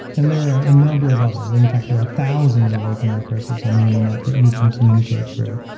and there a number of others. and in fact, there are thousands of open recursives on the internet that you can communicate through.